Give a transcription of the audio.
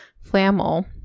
flamel